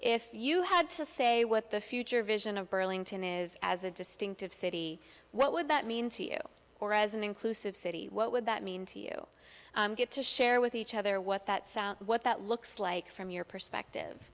if you had to say what the future vision of burlington is as a distinctive city what would that mean to you or as an inclusive city what would that mean to you get to share with each other what that south what that looks like from your perspective